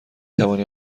توانی